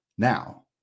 Now